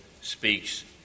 speaks